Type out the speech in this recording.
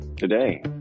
Today